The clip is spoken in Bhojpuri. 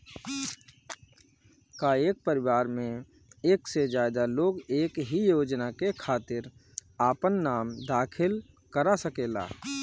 का एक परिवार में एक से ज्यादा लोग एक ही योजना के खातिर आपन नाम दाखिल करा सकेला?